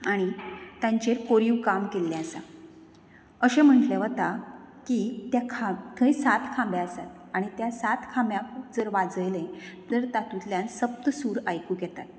आनी तांचेर कोरीव काम केल्लें आसा अशें म्हणटलें वता की त्या खाम थंय सात खांबे आसात आणी त्या सात खाम्या जर वाजयलें तर तातुतल्यान सप्तसूर आयकूक येतात